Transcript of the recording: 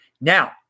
Now